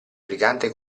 brigante